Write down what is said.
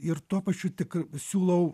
ir tuo pačiu tik siūlau